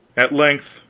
at length,